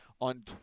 on